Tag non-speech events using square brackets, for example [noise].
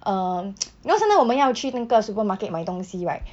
um [noise] you know sometime 我们要去那个 supermarket 买东西 right